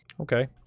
Okay